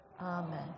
Amen